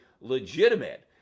legitimate